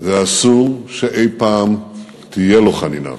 ואסור שאי-פעם תהיה לו חנינה.